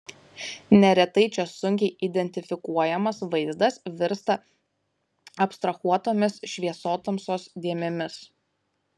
neretai čia sunkiai identifikuojamas vaizdas virsta abstrahuotomis šviesotamsos dėmėmis